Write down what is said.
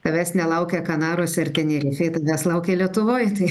tavęs nelaukia kanaruose ir tenerifėj nes laukia lietuvoj tai